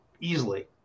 easily